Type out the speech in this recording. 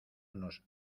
nos